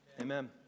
Amen